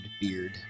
beard